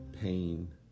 pain